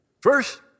First